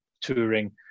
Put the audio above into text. touring